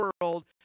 world